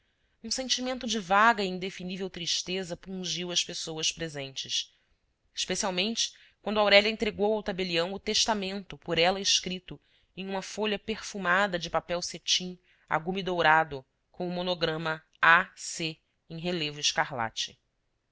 um sentimento de vaga e indefinível tristeza pungiu as pessoas presentes especialmente quando aurélia entregou ao tabelião o testamento por ela escrito em uma folha perfumada de papel cetim a gume dourado com o monograma a c em relevo escarlate